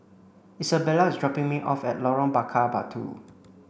Isabella is dropping me off at Lorong Bakar Batu